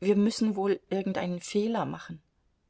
wir müssen wohl irgendeinen fehler machen